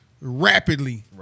rapidly